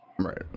right